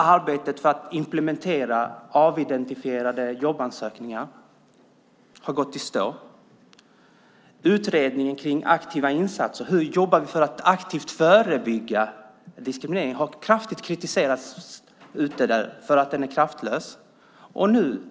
Arbetet för att implementera avidentifierade jobbansökningar har gått i stå. Utredningen av aktiva insatser - hur vi jobbar för att aktivt förebygga diskriminering - har kraftigt kritiserats för att vara kraftlös.